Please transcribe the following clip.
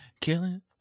killing